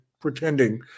pretending